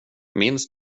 minns